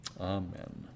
Amen